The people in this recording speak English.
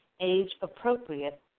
age-appropriate